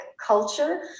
culture